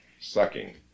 sucking